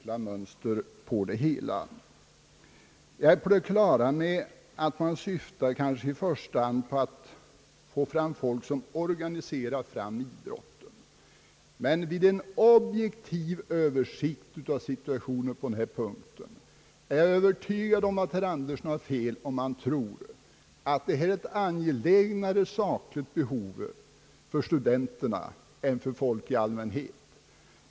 Jag är på det klara med att man i första hand syftar till att få fram folk som organiserar idrotten, men vid en objektiv översikt av situationen på det här området är jag övertygad om att herr Andersson har fel, om han tror att motion är angelägnare för studenterna än för folk i allmänhet.